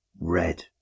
red